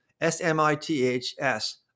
S-M-I-T-H-S